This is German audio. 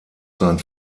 sein